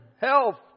health